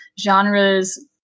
genres